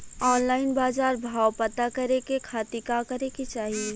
Online बाजार भाव पता करे के खाती का करे के चाही?